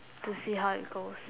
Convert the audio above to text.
to see how it goes